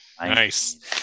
Nice